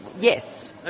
Yes